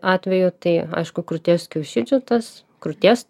atveju tai aišku krūties kiaušidžių tas krūties